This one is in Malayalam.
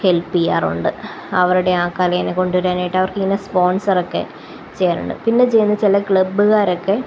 ഹെൽപ്പ് ചെയ്യാറുണ്ട് അവരുടെ ആ കലേനെ കൊണ്ടുവരാനായിട്ട് അവര്ക്ക് ഇതിന് സ്പോന്സൺറൊക്കെ ചെയ്യാറുണ്ട് പിന്നെ ചെയ്യുന്നത് ചില ക്ലബ്ബുകാരൊക്കെ